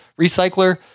recycler